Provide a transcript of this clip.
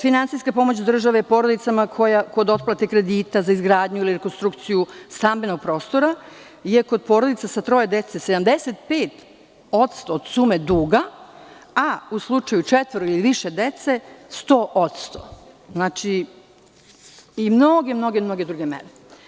Finansijske pomoći države porodicama kod otplate kredita za izgradnju, ili rekonstrukciju stambenog prostora, jer kod porodica sa troje dece 75% od sume duga, a u slučaju četvoro ili više dece 100% i mnoge druge mere.